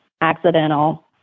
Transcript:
accidental